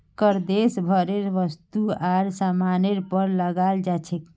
कर देश भरेर वस्तु आर सामानेर पर लगाल जा छेक